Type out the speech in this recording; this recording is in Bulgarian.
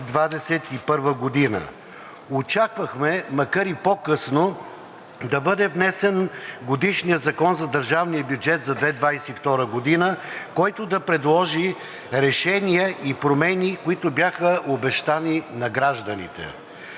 2021 г. Очаквахме, макар и по-късно да бъде внесен годишният Закон за държавния бюджет за 2022 г., който да предложи решения и промени, които бяха обещани на гражданите.